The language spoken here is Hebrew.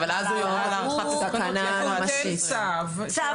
אבל אז הוא יורה על הארכת התקנה --- הוא נותן צו --- צו